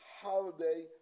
holiday